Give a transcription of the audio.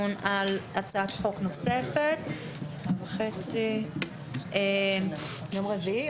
לעכשיו אני קובעת דיון נוסף בשעה 13:00 למשך שעה